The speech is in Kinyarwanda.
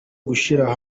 gushyira